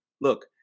look